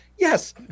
Yes